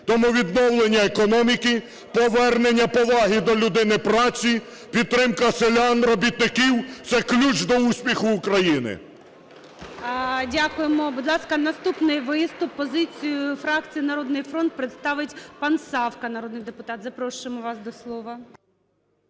Тому відновлення економіки, повернення поваги до людини праці, підтримка селян, робітників - це ключ до успіху України. ГОЛОВУЮЧИЙ. Дякуємо. Будь ласка, наступний виступ. Позицію фракції "Народний фронт" представить пан Савка, народний депутат. Запрошуємо вас до слова.